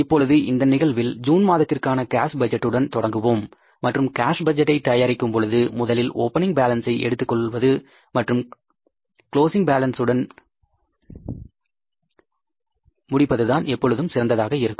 இப்பொழுது இந்த நிகழ்வில் ஜூன் மாதத்திற்கான கேஷ் பட்ஜெட்டுடன் தொடங்குவோம் மற்றும் கேஷ் பட்ஜெட்டை தயாரிக்கும் பொழுது முதலில் ஓப்பனிங் பேலன்ஸ்ஐ எடுத்துக்கொள்வது மற்றும் க்ளோஸிங் கேஸ் பேலன்ஸ்சுடன் முடிப்பதுதான் எப்பொழுதும் சிறந்ததாக இருக்கும்